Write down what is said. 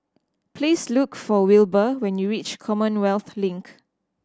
please look for Wilber when you reach Commonwealth Link